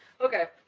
Okay